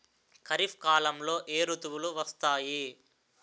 ఖరిఫ్ కాలంలో ఏ ఋతువులు వస్తాయి?